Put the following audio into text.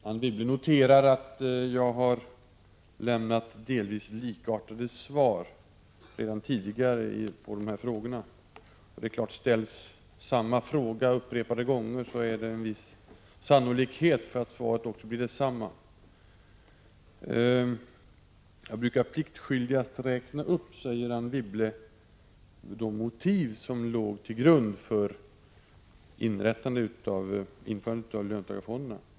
Herr talman! Anne Wibble noterar att jag har lämnat delvis likartade svar tidigare på dessa frågor. Ställs samma fråga upprepade gånger, föreligger en viss sannolikhet för att svaret också blir detsamma. Jag brukar pliktskyldigast räkna upp de motiv som låg till grund för införandet av löntagarfonderna, säger Anne Wibble.